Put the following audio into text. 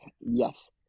Yes